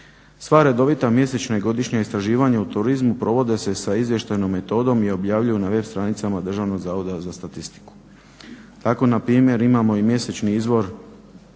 Sva redovita mjesečna i godišnja istraživanja u turizmu provode se sa izvještajnom metodom i objavljuju na web stranicama DZS. Tako npr. imamo i mjesečni izvještaj